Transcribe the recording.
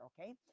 Okay